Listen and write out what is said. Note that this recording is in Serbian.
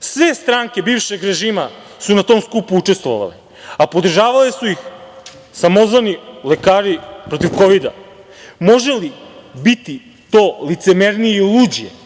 Sve stranke bivšeg režima su na tom skupu učestvovale, a podržavale su ih samozvani lekari protiv kovida, može li biti to licemernije i luđe?